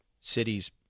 cities